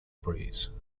breeze